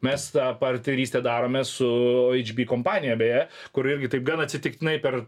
mes tą partnerystę darome su ohb kompanija beje kur irgi taip gan atsitiktinai per